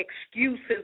excuses